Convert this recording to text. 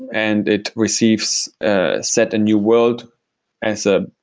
and it receives ah set a new world as ah